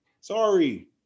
Sorry